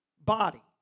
body